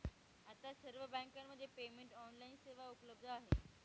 आता सर्व बँकांमध्ये पेमेंट ऑनलाइन सेवा उपलब्ध आहे